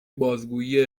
بازگویه